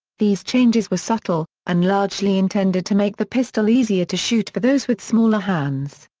these changes were subtle, and largely intended to make the pistol easier to shoot for those with smaller hands.